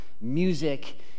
music